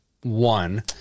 one